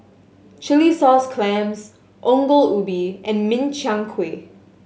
chilli sauce clams Ongol Ubi and Min Chiang Kueh